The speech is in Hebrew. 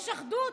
יש אחדות.